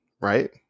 right